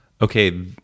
Okay